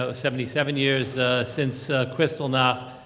ah seventy seven years since kristallnacht,